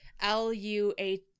L-U-A